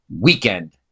weekend